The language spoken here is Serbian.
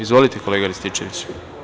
Izvolite, kolega Rističeviću.